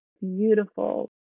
beautiful